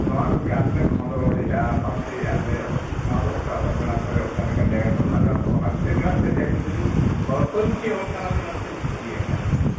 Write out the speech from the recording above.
ᱱᱚᱣᱟ ᱠᱚᱜᱮ ᱟᱞᱮ ᱞᱮ ᱠᱷᱚᱸᱫᱽᱨᱚᱸᱫᱽ ᱮᱜᱼᱟ ᱯᱟᱱᱛᱮᱭᱮᱜᱼᱟ ᱱᱚᱣᱟ ᱫᱚ ᱚᱠᱟ ᱵᱮᱲᱟ ᱠᱚᱨᱮᱜ ᱚᱠᱟ ᱞᱮᱠᱟᱱ ᱡᱟᱭᱜᱟ ᱠᱚᱨᱮᱜ ᱞᱟᱜᱟᱛᱚᱜᱼᱟ ᱚᱱᱟ ᱠᱷᱟᱹᱛᱤᱨ ᱜᱮᱦᱟᱸᱜ ᱛᱮᱦᱮᱧ ᱟᱹᱵᱤᱱ ᱫᱚ ᱵᱤᱱ ᱚᱱᱟ ᱠᱷᱟᱹᱛᱤᱨ ᱞᱤᱧ ᱠᱩᱞᱤ ᱟᱠᱟᱫ ᱵᱤᱱᱟ